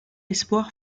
espoir